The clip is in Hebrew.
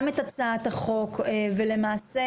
גם את הצעת החוק ולמעשה,